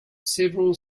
several